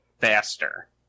faster